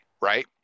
right